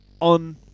on